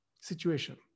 situation